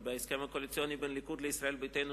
כי בהסכם הקואליציוני בין הליכוד לישראל ביתנו